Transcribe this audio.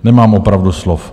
Nemám opravdu slov.